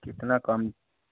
कितना कम